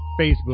facebook